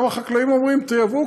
גם החקלאים אומרים: תייבאו,